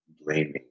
blaming